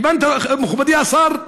הבנת, מכובדי השר?